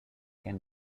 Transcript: can